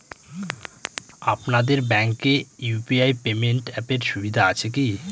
আপনাদের ব্যাঙ্কে UPI payment অ্যাপের সুবিধা আছে কি?